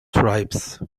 tribes